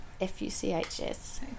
F-U-C-H-S